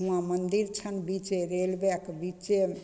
हुआँ मन्दिर छनि बिच्चे रेलवेके बिच्चेमे